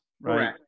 right